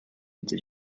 into